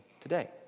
today